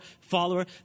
Follower